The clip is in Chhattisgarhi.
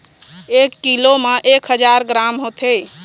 एक कीलो म एक हजार ग्राम होथे